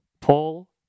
Paul